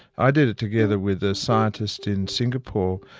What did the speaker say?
i did it together with a scientist in singapore,